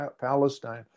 Palestine